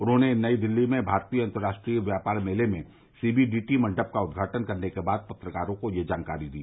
उन्होंने नई दिल्ली में भारतीय अंतर्राष्ट्रीय व्यापार मेले में सीबीडीटी मंडप का उद्घाटन करने के बाद पत्रकारों को यह जानकारी दी